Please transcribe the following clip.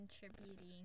contributing